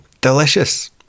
Delicious